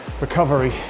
recovery